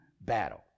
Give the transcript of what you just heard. battle